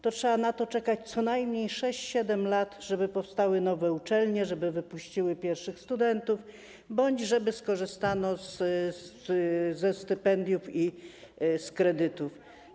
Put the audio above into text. Trzeba na to czekać co najmniej 6–7 lat, na to, żeby powstały nowe uczelnie, żeby wypuściły pierwszych studentów bądź żeby skorzystano ze stypendiów i z kredytów.